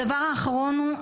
הדבר האחרון הוא,